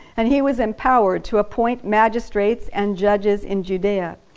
and he was empowered to appoint magistrates and judges in judaea,